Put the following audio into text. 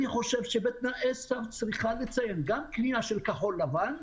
אני חושב שבתנאי סף צריך לציין גם קנייה של כחול לבן,